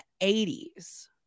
80s